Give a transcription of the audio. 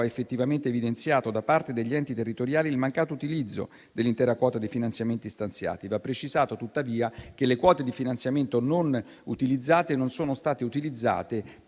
effettivamente evidenziato, da parte degli enti territoriali, il mancato utilizzo dell'intera quota dei finanziamenti stanziati. Va precisato, tuttavia, che le quote di finanziamento non utilizzate non sono state utilizzate per